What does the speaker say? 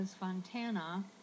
Fontana